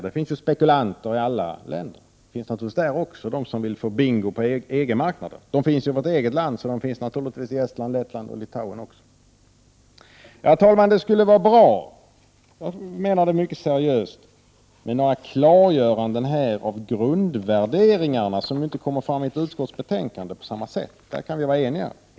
Det finns spekulanter i alla länder, och det finns naturligtvis också i Baltikum personer som vill få bingo på EG-marknaden. De finns ju i vårt eget land, så de finns naturligtvis i Estland, Lettland och Litauen också. Herr talman! Det skulle vara bra — jag menar det mycket seriöst — med några klargöranden här av grundvärderingarna, som inte kommer fram i ett utskottsbetänkande på samma sätt. I utskottsbetänkandet kan vi vara eniga.